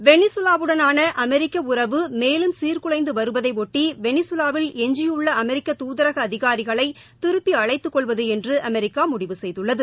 வெளிசுவாவுடனான அமெரிக்க உறவு மேலும் சீர்குலைந்து வருவதையொட்டி வெளிசுவாவில் எஞ்சியுள்ள அமெிக்க தூதரக அதிகாரிகளை திருப்பி அழைத்துக்கொள்வது என்று அமெரிக்கா முடிவு செய்துள்ளது